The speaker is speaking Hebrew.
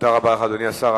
תודה רבה לך, אדוני השר.